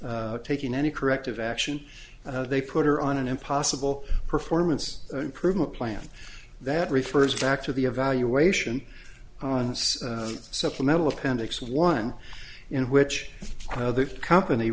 of taking any corrective action they put her on an impossible performance improvement plan that refers back to the evaluation on its supplemental appendix one in which the company